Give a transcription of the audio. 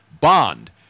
Bond